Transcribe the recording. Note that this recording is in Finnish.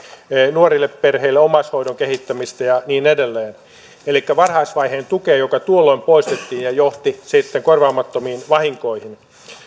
nuorille perheille omaishoidon kehittämistä ja niin edelleen elikkä varhaisvaiheen tukea joka tuolloin poistettiin mikä johti sitten korvaamattomiin vahinkoihin